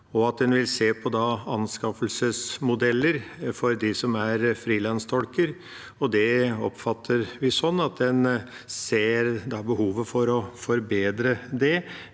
og at en da vil se på anskaffelsesmodeller for dem som er frilanstolker. Det oppfatter vi slik at en ser et behov for å forbedre det,